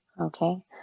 Okay